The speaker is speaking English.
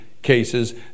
cases